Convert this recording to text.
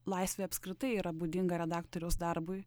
laisvė apskritai yra būdinga redaktoriaus darbui